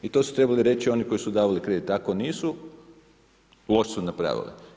I to su trebali reći oni koji su davali kredite, ako nisu, loše su napravili.